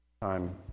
time